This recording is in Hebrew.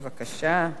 בבקשה.